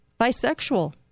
bisexual